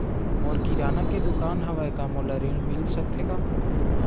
मोर किराना के दुकान हवय का मोला ऋण मिल सकथे का?